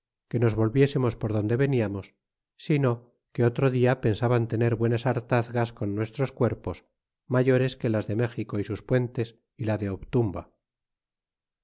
que nos volviésemos por donde veniamos sino que otro dia pensaban tener buenas hart az con nuestros cuerpos mayores que las de gas méxico y sus puentes y la de obturaba